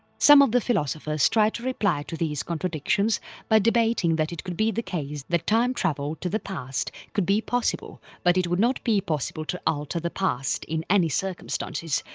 some of the philosophers try to reply to these contradictions by debating that it could be the case that time travel to the past could be possible but it would not be possible to alter the past in any circumstances,